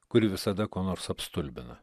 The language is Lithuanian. kuri visada kuo nors apstulbina